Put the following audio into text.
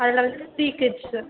அதில் வந்து three kids sir